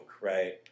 right